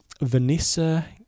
Vanessa